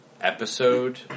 episode